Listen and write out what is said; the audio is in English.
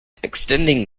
extending